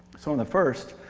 so on the first,